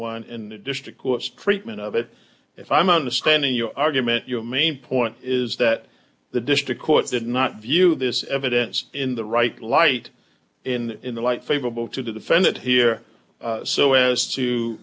one in the district courts treatment of it if i'm understanding your argument your main point is that the district court did not view this evidence in the right light in in the light favorable to the defendant here so as to